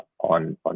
on